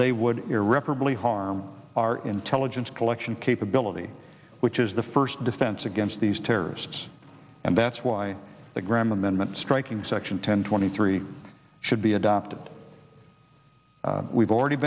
they would irreparably harmed our intelligence collection capability which is the first defense against these terrorists and that's why the graham amendment striking section ten twenty three should be adopted we've already